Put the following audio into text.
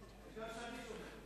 העיקר שאני שומע.